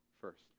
first